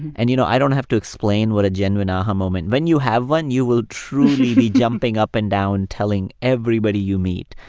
and, you know, i don't have to explain what a genuine aha moment when you have one, you will truly be jumping up and down telling everybody you meet.